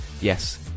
yes